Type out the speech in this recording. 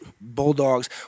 bulldogs